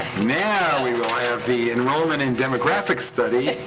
now we will have the enrollment and demographics study,